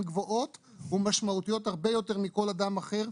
גבוהות ומשמעותיות הרבה יותר מכל אדם אחר,